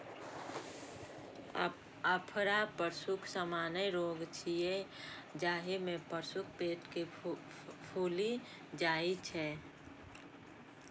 अफरा पशुक सामान्य रोग छियै, जाहि मे पशुक पेट फूलि जाइ छै